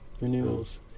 Renewals